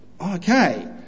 okay